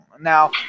Now